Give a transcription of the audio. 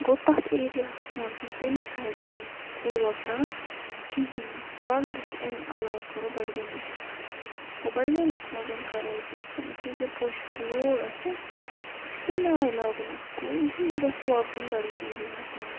گوٚو تَتھ ایریاہَس مَنٛز تمہِ سایڈٕ چھُنہٕ سُہ کُل وۄبدان کِہیٖنۍ نہٕ وۄنۍ اگر أسۍ امہِ عَلاو کَرو بَڈگامٕچ کتھ گوٚو بَڈگٲمِس مَنٛزَن کَرو أسۍ اِتھ کٔنیٚتھَن زِ پوشہِ لول آسہِ اَسہِ چھُ تمہِ آیہِ لاگُن اتھ کُل زِ یہِ گَژھِ وۄبدُن بَڈگٲم ایریاہَس مَنٛز